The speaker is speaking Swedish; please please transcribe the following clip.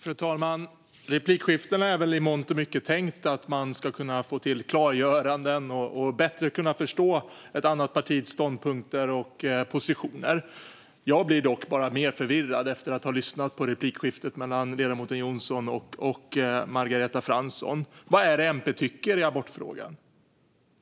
Fru talman! I replikskiftena är det väl i mångt och mycket tänkt att man ska få klargöranden och bättre kunna förstå ett annat partis ståndpunkter och positioner. Jag blir dock bara mer förvirrad efter att ha lyssnat på replikskiftet mellan ledamöterna Jonsson och Margareta Fransson. Vad är det MP tycker i abortfrågan?